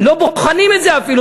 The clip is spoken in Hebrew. לא בוחנים את זה אפילו.